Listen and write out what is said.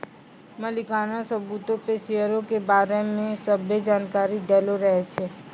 मलिकाना सबूतो पे शेयरो के बारै मे सभ्भे जानकारी दैलो रहै छै